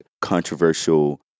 controversial